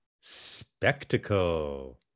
Spectacle